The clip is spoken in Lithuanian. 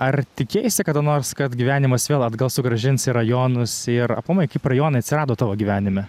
ar tikėjaisi kada nors kad gyvenimas vėl atgal sugrąžins į rajonus ir aplamai kaip rajonai atsirado tavo gyvenime